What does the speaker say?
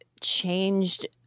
changed